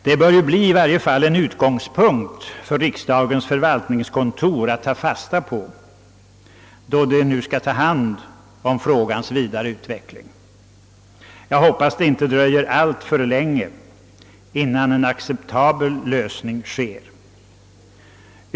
Detta bör vara en utgångspunkt för riksdagens förvaltningskontor, då man nu skall ta hand om frågans vidare utveckling. Jag hoppas det inte dröjer alltför länge innan en acceptabel lösning kommer till stånd.